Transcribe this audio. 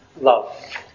love